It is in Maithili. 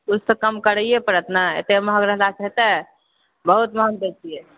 किछु तऽ कम करैए पड़त नहि एते महग रहलाहसँ हेतए बहुत महग दए दए छिऐ